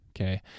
Okay